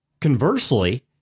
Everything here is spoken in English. Conversely